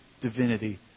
divinity